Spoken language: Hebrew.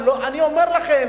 אני אומר לכם,